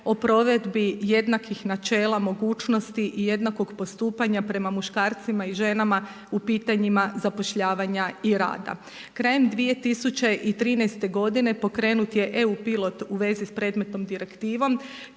o provedbi jednakih načela mogućnosti i jednakog postupanja prema muškarcima i ženama u pitanjima zapošljavanja i rada. Krajem 2013. godine pokrenut je EU pilot u vezi sa predmetnom direktivom